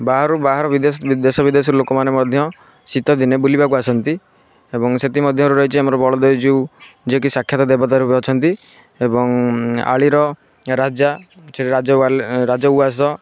ବାହାରୁ ବାହାର ବିଦେଶ ଦେଶ ବିଦେଶରୁ ଲୋକମାନେ ମଧ୍ୟ ଶୀତ ଦିନେ ବୁଲିବାକୁ ଆସନ୍ତି ଏବଂ ସେଥିମଧ୍ୟରୁ ରହିଛି ଆମର ବଳଦେବ ଜୀଉ ଯିଏକି ସାକ୍ଷାତ ଦେବତା ରୂପେ ଅଛନ୍ତି ଏବଂ ଆଳିର ରାଜା ସେଇ ରାଜ ରାଜଉଆସ